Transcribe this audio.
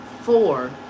Four